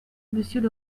monsieur